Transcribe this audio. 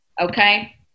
Okay